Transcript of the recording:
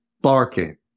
barking